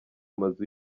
amazu